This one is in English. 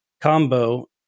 combo